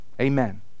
Amen